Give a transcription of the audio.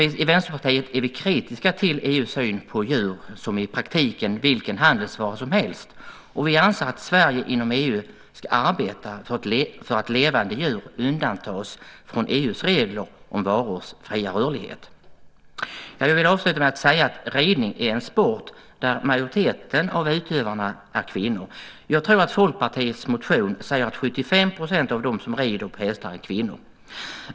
Vi i Vänsterpartiet är kritiska till EU:s syn på djur som i praktiken vilken handelsvara som helst, och vi anser att Sverige inom EU ska arbeta för att levande djur undantas från EU:s regler om varors fria rörlighet. Jag vill avsluta med att säga att ridning är en sport där majoriteten av utövarna är kvinnor. Jag tror att Folkpartiets motion säger att 85 % av dem som rider på hästar är kvinnor.